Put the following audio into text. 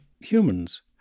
humans